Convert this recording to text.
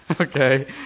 Okay